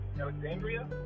Alexandria